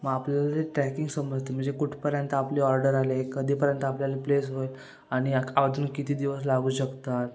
मग आपल्याला ते ट्रॅकिंग समजते म्हणजे कुठपर्यंत आपली ऑर्डर आले कधीपर्यंत आपल्याला प्लेस होईल आणि अजून किती दिवस लागू शकतात